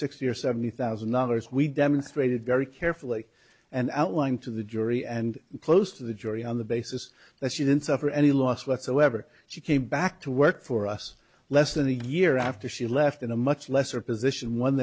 sixty or seventy thousand dollars we demonstrated very carefully and outlined to the jury and close to the jury on the basis that she didn't suffer any loss whatsoever she came back to work for us less than a year after she left in a much lesser position one